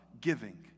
giving